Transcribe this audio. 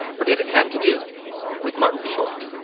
or did it have to do with martin short?